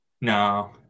No